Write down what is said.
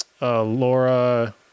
Laura